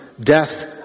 death